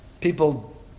People